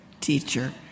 teacher